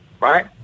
right